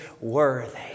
worthy